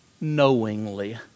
knowingly